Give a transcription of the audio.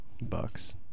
Bucks